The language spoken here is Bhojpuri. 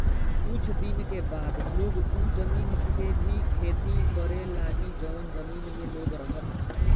कुछ दिन के बाद लोग उ जमीन के भी खेती करे लागी जवन जमीन में लोग रहता